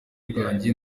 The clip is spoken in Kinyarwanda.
rwanjye